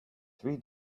three